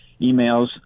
emails